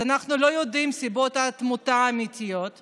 אז אנחנו לא יודעים את הסיבות האמיתיות לתמותה,